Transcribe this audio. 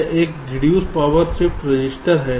यह एक reduce power shift register है